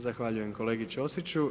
Zahvaljujem kolegi Ćosiću.